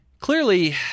Clearly